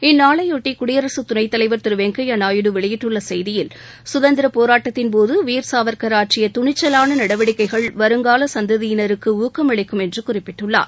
இந்நாளையொட்டி குடியரசு துணைத் தலைவர் திரு வெங்கையா நாயுடு வெளியிட்டுள்ள செய்தியில் சுதந்திரப் போராட்டத்தின் போது வீர் சாவர்கர் ஆற்றிய துணிச்சலான நடவடிக்கைகள் வருங்கால சந்ததியினருக்கு ஊக்கம் அளிக்கும் என்று குறிப்பிட்டுள்ளார்